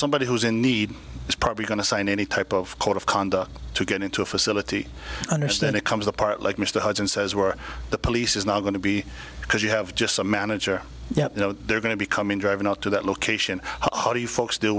somebody who is in need is probably going to sign any type of code of conduct to get into a facility understand it comes apart like mr hudson says were the police is not going to be because you have just a manager you know they're going to be coming driving out to that location how do you folks d